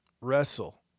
wrestle